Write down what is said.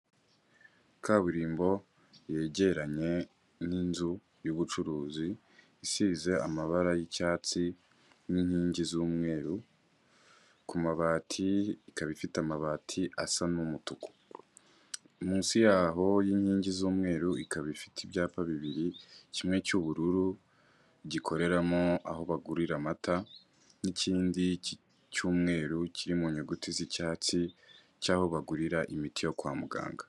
Kaburimbo yegeranye n'inzu y'ubucuruzi, isize amabara yi'icyatsi n'inkingi z'umweru ku mabati ikaba ifite amabati asaumutuku, munsi yaho y'inkingi z'mweru ikaba ifite ibyapa bibiri kimwe cy'ubururu gikoreramo aho bagurira amata n'ikindi cy'umweru kiri mu nyuguti zicyatsi, aho bagurira imiti yo kwa muganga.